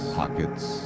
pockets